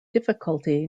difficulty